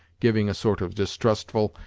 giving a sort of distrustful,